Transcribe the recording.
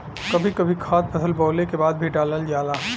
कभी कभी खाद फसल बोवले के बाद भी डालल जाला